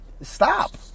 Stop